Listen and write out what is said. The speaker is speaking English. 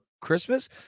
Christmas